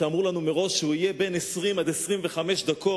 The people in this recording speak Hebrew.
שאמרו לנו מראש שהוא יהיה בין 20 ל-25 דקות,